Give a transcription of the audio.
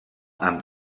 amb